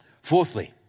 fourthly